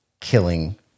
killing